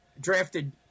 Drafted